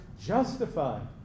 justified